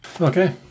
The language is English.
okay